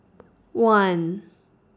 one